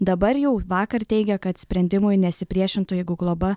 dabar jau vakar teigia kad sprendimui nesipriešintų jeigu globa